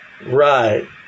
right